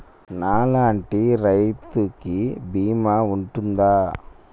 నా లాంటి రైతు కి బీమా ఉంటుందా?